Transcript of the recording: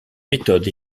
méthodes